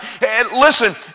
Listen